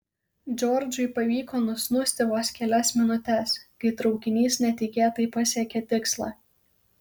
džordžui pavyko nusnūsti vos kelias minutes kai traukinys netikėtai pasiekė tikslą